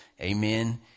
amen